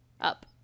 Up